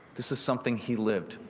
this is something he lived.